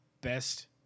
best